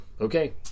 okay